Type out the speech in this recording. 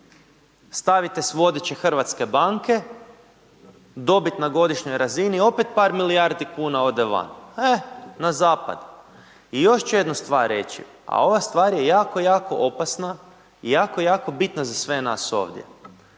stavite si vodeće hrvatske banke, dobit na godišnjoj razini opet par milijardi kuna ode van, e na zapad. I još ću jednu stvar reći, a ova stvar je jako, jako opasna i jako jako bitna za sve nas ovdje.